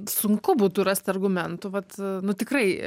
sunku būtų rast argumentų vat nu tikrai